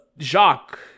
Jacques